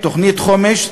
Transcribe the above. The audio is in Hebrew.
תוכנית חומש.